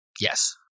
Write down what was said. Yes